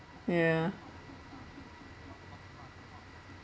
ya